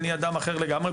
אני אדם אחר לגמרי.